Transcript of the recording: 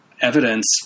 evidence